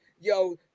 Yo